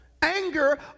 Anger